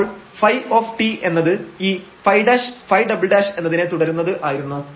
അപ്പോൾ ɸ എന്നത് ഈ ɸ' ɸ" എന്നതിനെ തുടരുന്നത് ആയിരുന്നു